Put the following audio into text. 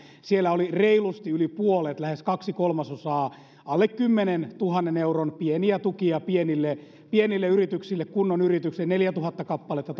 siellä oli reilusti yli puolet lähes kaksi kolmasosaa alle kymmenentuhannen euron pieniä tukia pienille yrityksille kunnon yrityksille pyöreästi sanottuna neljätuhatta kappaletta